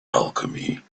alchemy